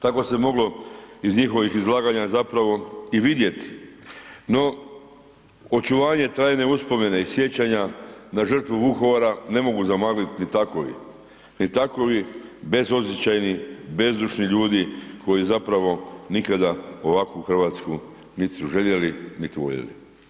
Tako se moglo iz njihovih izlaganja zapravo i vidjeti, no očuvanje trajne uspomene i sjećanja na žrtvu Vukovara ne mogu zamagliti ni takvi bezosjećajni bezdušni ljudi koji zapravo nikada ovakvu Hrvatsku, niti su željeli niti voljeli.